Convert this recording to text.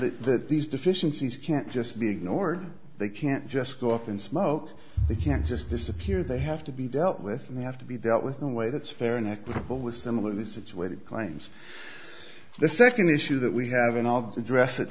that these deficiencies can't just be ignored they can't just go up in smoke they can't just disappear they have to be dealt with and they have to be dealt with in a way that's fair and equitable with similarly situated claims the second issue that we have and all of the dress it